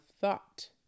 thought